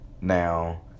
Now